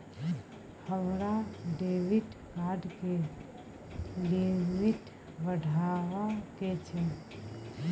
हमरा debit card के limit बढावा के छै